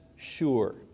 sure